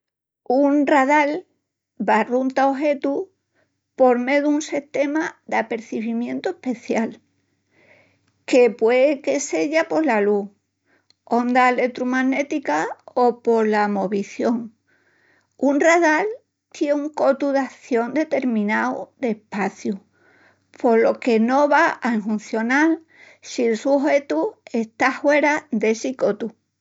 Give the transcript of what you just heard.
Un radal barrunta ojetus por mé d'un sistema d'apercibimientu especial, que pue que seya pola lus, ondas letrumanéticas o pola movición. Un radal tie un cotu d'ación determinau d'espaciu, polo que no va a enhuncional si el su ojetivu está huera dessi cotu.